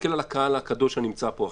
תסתכל על הקהל הקדוש שנמצא פה עכשיו,